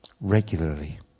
Regularly